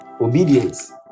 obedience